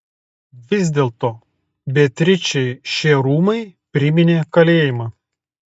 vis dėlto beatričei šie rūmai priminė kalėjimą